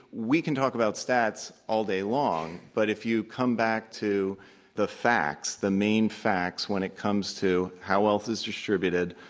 we can talk about stats all day long. but if you come back to the facts, the main facts when it comes to how wealth is distributed,